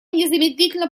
незамедлительно